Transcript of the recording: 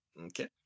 okay